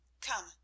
Come